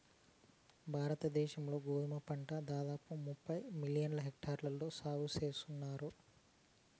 భారత దేశం లో గోధుమ పంట దాదాపు ముప్పై మిలియన్ హెక్టార్లలో సాగు చేస్తన్నారు